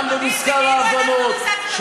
גם במזכר ההבנות,